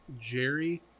Jerry